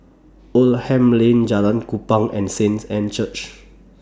Oldham Lane Jalan Kupang and Saints Anne's Church